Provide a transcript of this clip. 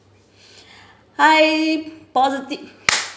hi positive